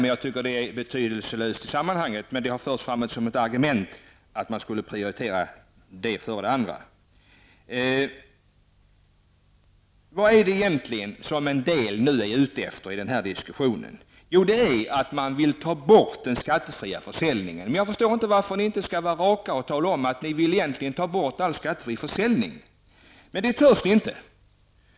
Det är i och för sig betydelselöst i sammanhanget, men det har förts fram som ett argument för att detta förhållande skulle prioriteras. Vad är det egentligen som en del är ute efter i den här diskussionen? Jo, man vill ta bort den skattefria försäljningen. Jag förstår inte varför ni inte kan vara raka och tala om att ni vill ta bort all skattefri försäljning. Men det törs ni inte.